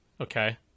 Okay